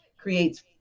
creates